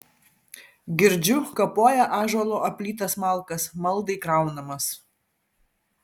girdžiu kapoja ąžuolo aplytas malkas maldai kraunamas